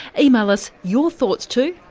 email us your thoughts too,